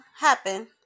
happen